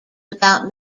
about